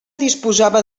disposava